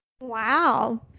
Wow